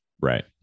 right